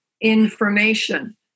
information